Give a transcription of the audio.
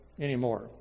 anymore